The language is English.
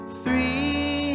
three